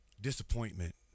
disappointment